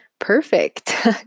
perfect